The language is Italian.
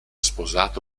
sposato